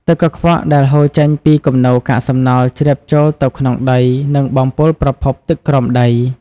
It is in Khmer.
ទឹកកខ្វក់ដែលហូរចេញពីគំនរកាកសំណល់ ជ្រាបចូលទៅក្នុងដី និងបំពុលប្រភពទឹកក្រោមដី។